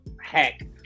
hack